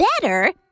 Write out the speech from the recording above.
better